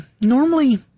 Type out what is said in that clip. normally